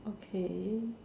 okay